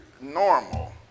normal